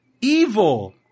evil